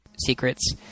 Secrets